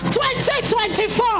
2024